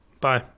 Bye